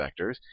vectors